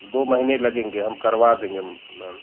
दो महीने लगेंगे हम करवा देंगे हम मैम